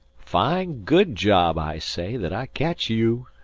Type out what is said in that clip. fine good job, i say, that i catch you.